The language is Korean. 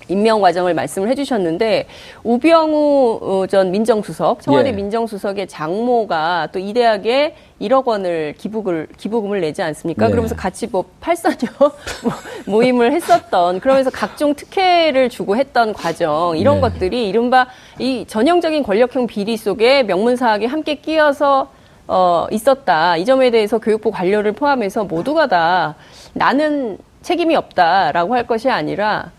임명 과정을 말씀을 해주셨는데 우병우, 어, 전 민정수석, 청와대 예. 민정수석의 장모가 또 이 대학에 1억 원을 기부금을- 기부금을 내지 않습니까? 그러면서 네. 같이 뭐 팔선녀 모임을 했었던 그러면서 각종 특혜를 주고 했던 과정 이런 네. 것들이 이른바 이 전형적인 권력형 비리 속에 명문사학에 함께 끼어서, 어, 있었다. 이 점에 대해서 교육부 관료를 포함해서 모두가 다 나는 책임이 없다라고 할 것이 아니라